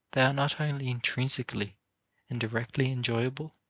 they are not only intrinsically and directly enjoyable,